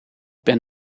ben